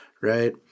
right